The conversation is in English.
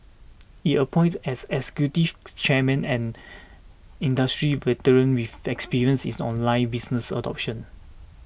it appointed as executive chairman and industry veteran with experience in online business adoption